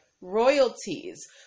royalties